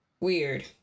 weird